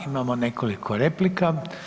Imamo nekoliko replika.